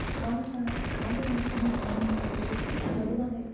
స్కాల సా కాలయాపన సాధనం తప్పితే చదువు అనే